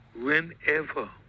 whenever